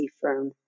firm